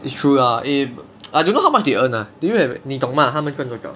it's true lah eh I don't know how much they earn ah do you have 你懂吗他们赚多少